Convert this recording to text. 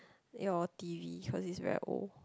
your t_v cause is very old